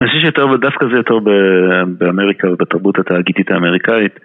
אני חושב שיותר... דווקא זה יותר באמריקה ובתרבות התאגידית האמריקאית